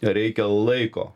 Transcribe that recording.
reikia laiko